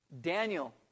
Daniel